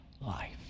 life